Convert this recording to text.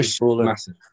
Massive